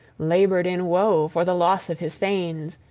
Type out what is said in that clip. labored in woe for the loss of his thanes,